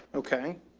okay.